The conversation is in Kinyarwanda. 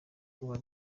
kuba